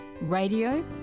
radio